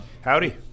Howdy